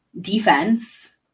defense